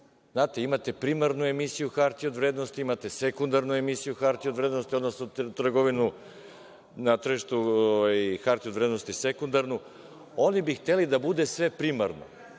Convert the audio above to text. Znate, imate primarnu emisiju hartija od vrednosti, imate sekundarnu emisiju hartija od vrednosti, odnosno trgovinu na tržištu hartija od vrednosti sekundarnu. Oni bi hteli da bude sve primarno,